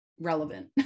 relevant